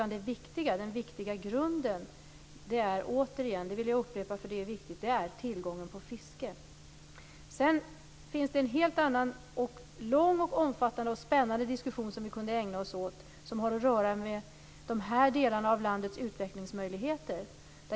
Den viktiga grunden är, det vill jag upprepa, tillgången på fiske. En helt annan omfattande och spännande diskussion som vi skulle kunna ägna oss åt har att göra med utvecklingsmöjligheterna för de här delarna av landet.